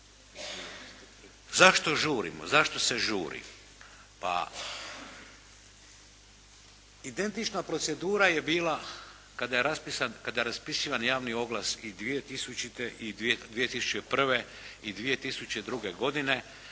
Zašto žurimo? Zašto se žuri? Pa identična procedura je bila kada je raspisivan javni oglas i 2000. i 2001. i